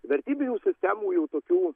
vertybinių sistemų jau tokių